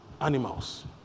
animals